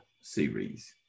series